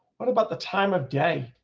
what about the time of day.